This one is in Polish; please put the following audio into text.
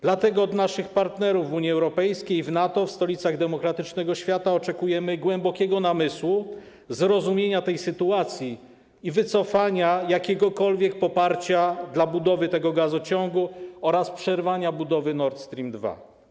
Dlatego od naszych partnerów w Unii Europejskiej i w NATO, w stolicach demokratycznego świata oczekujemy głębokiego namysłu, zrozumienia tej sytuacji i wycofania jakiegokolwiek poparcia dla budowy tego gazociągu oraz przerwania budowy Nord Stream 2.